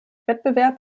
wettbewerb